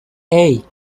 hey